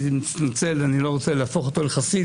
אני לא רוצה להפוך אותו לחסיד.